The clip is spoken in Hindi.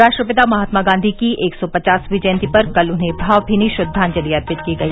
राष्ट्रपिता महात्मा गांधी की एक सौ पचासवीं जयंती पर कल उन्हें भावभीनी श्रद्वांजलि अर्पित की गई